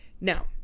Now